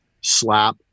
slap